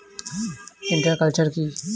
Inter culture কি?